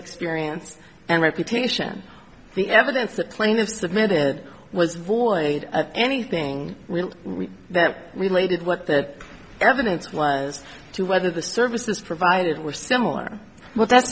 experience and reputation the evidence that plaintiffs submitted was void of anything that related what that evidence was to whether the services provided were similar but that's